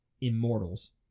Immortals